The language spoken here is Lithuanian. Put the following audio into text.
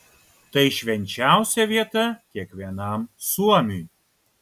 tai švenčiausia vieta kiekvienam suomiui